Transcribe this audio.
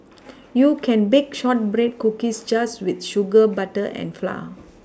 you can bake shortbread cookies just with sugar butter and flour